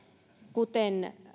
kuten